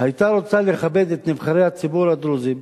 היתה רוצה לכבד את נבחרי הציבור הדרוזים,